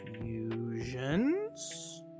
Fusions